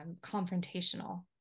confrontational